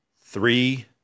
three